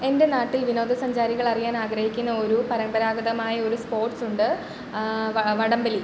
എൻ്റെ നാട്ടിൽ വിനോദസഞ്ചാരികൾ അറിയാൻ ആഗ്രഹിക്കുന്ന ഒരു പരമ്പരാഗതമായ ഒരു സ്പോർട്സുണ്ട് വ വടം വലി